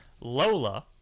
Lola